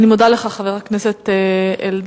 אני מודה לך, חבר הכנסת אלדד.